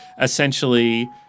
essentially